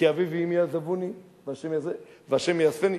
"כי אבי ואמי עזבוני וה' יאספני",